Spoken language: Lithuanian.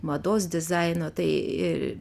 mados dizaino tai ir